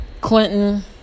Clinton